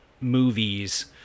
movies